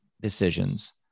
decisions